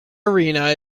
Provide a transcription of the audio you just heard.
arena